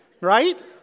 right